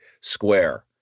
Square